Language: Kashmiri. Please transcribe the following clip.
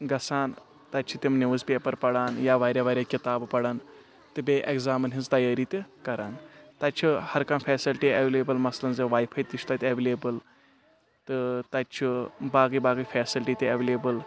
گژھان تتہِ چھ تم نِوز پیپر پران یا واریاہ واریاہ کتابہٕ پران تہٕ بیٚیہِ اٮ۪گزامن ہنز تیٲری تہِ کران تتہِ چھ ہر کانٛہہ فیسلٹی اولیبل مسلن زِ واے فاے تہِ چھ تتہِ اولیبل تہٕ تتہِ چھ باقی باقی فیسلٹی تہِ اولیبل